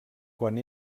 quan